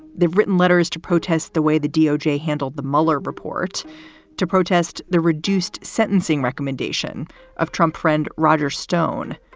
they've written letters to protest the way the doj handled the mueller report to protest the reduced sentencing recommendation of trump friend roger stone.